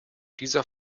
dieser